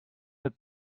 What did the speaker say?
mit